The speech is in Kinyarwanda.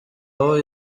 aho